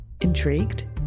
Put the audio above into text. Intrigued